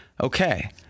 Okay